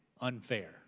unfair